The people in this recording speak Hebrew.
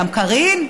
גם קארין,